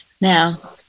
Now